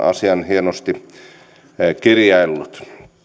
asian hienosti kirjaillut